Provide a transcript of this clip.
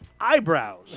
eyebrows